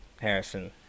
Harrison